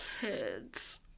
kids